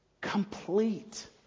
complete